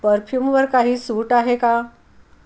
परफ्यूमवर काही सूट आहे का